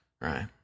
Right